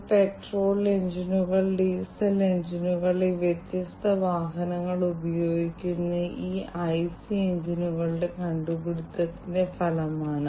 അതിനാൽ ഈ എല്ലാ കാര്യങ്ങളും ചെയ്യുന്നതിനായി IoT അല്ലെങ്കിൽ Industrial IoT പോലുള്ള വ്യത്യസ്ത സാങ്കേതികവിദ്യകൾ ഉപയോഗിക്കുന്നത് വളരെ പ്രധാനമാണ്